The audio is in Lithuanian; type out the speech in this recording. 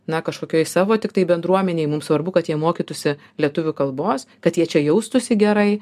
na kažkokioj savo tiktai bendruomenėj mums svarbu kad jie mokytųsi lietuvių kalbos kad jie čia jaustųsi gerai